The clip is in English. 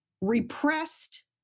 repressed